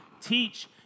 Teach